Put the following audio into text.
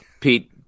Pete